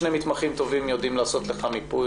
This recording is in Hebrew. שני מתמחים טובים יידעו לעשות לך מיפוי